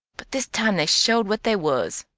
but this time they showed what they was.